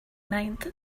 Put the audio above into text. mind